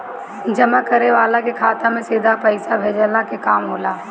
जमा करे वाला के खाता में सीधा पईसा भेजला के काम होला